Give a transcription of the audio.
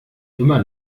immer